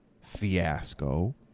fiasco